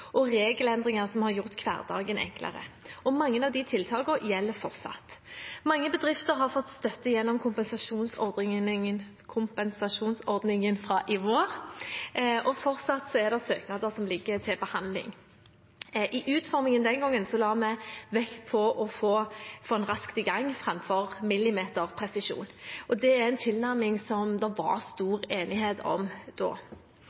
og regelendringer som har gjort hverdagen enklere. Mange av de tiltakene gjelder fortsatt. Mange bedrifter har fått støtte gjennom kompensasjonsordningen fra i vår, og fortsatt er det søknader som ligger til behandling. I utformingen den gangen la vi vekt på å få den raskt i gang framfor millimeterpresisjon. Det er en tilnærming som det var stor enighet om da.